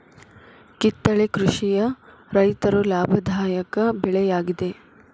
ಕಿತ್ತಳೆ ಕೃಷಿಯ ರೈತರು ಲಾಭದಾಯಕ ಬೆಳೆ ಯಾಗಿದೆ